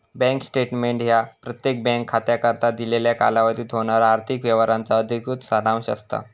bank statement ह्या प्रत्येक bank खात्याकरता दिलेल्या कालावधीत होणारा आर्थिक व्यवहारांचा अधिकृत सारांश असता